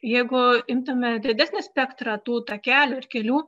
jeigu imtume didesnį spektrą tų takelių ir kelių